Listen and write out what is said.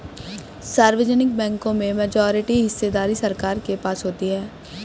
सार्वजनिक बैंकों में मेजॉरिटी हिस्सेदारी सरकार के पास होती है